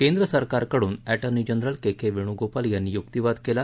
केंद्रसरकारकडून attorney general K K Venugopal यांनी युक्तीवाद सुरु केला